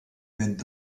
mynd